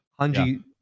Hanji